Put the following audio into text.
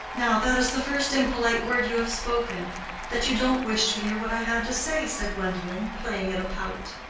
now that is the first impolite word you have spoken that you don't wish to hear what i had to say, said gwendolen, playing at a pout.